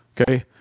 Okay